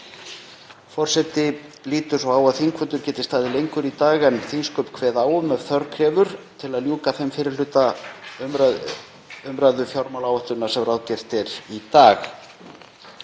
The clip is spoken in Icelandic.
Forseti lítur svo á að þingfundur geti staðið lengur í dag en þingsköp kveða á um, ef þörf krefur, til að ljúka þeim fyrri hluta umræðu fjármálaáætlunar sem ráðgert er í dag.